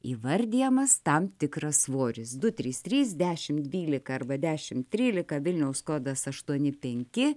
įvardijamas tam tikras svoris du trys trys dešimt dvylika arba dešimt trylika vilniaus kodas aštuoni penki